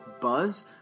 Buzz